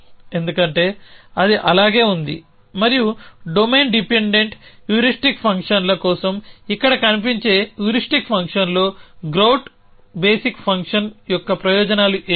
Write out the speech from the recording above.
ఎందుకంటే అది అలాగే ఉంది మరియు డొమైన్ డిపెండెంట్ హ్యూరిస్టిక్ ఫంక్షన్ల కోసం ఇక్కడ కనిపించే హ్యూరిస్టిక్ ఫంక్షన్లో గ్రౌట్ బేసిక్ ఫంక్షన్ యొక్క ప్రయోజనాలు ఏమిటి